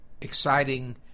exciting